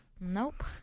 Nope